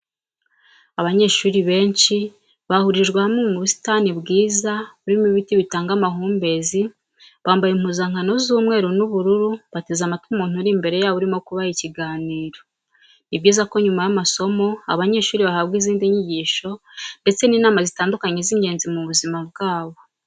Abanyeshuri benshi bahurijwe hamwe mu busitani bwiza burimo ibiti bitanga amahumbezi bambaye impuzankano z'umweru n'ubururu bateze amatwi umuntu uri imbere yabo urimo kubaha ikiganiro. Ni byiza ko nyuma y'amasomo abanyeshuri bahabwa izindi nyigisho ndetse n'inama zitandukanye z'ingenzi mu buzima bwabo.